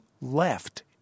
left